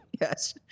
yes